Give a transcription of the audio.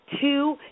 two